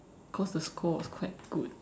cause the score was quite good